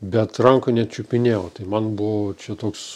bet rankoj nečiupinėjau tai man buvo čia toks